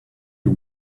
you